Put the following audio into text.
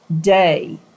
day